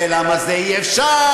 ולמה זה אי-אפשר,